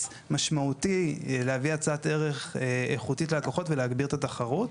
משמעותי להביא הצעת ערך איכותית ללקוחות ולהגביר את התחרות.